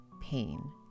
pain